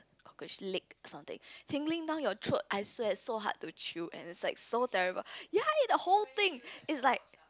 cockroach leg or something tingling down your throat I swear it's so hard to chew and it's like so terrible ya I ate the whole thing it's like